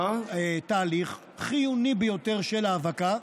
תהליך חיוני ביותר של האבקה.